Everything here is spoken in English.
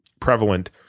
prevalent